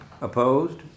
Opposed